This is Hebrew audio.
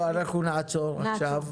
אנחנו נעצור עכשיו.